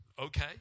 Okay